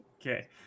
Okay